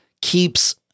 keeps